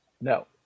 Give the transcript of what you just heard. No